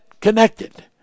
connected